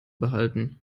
behalten